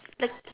the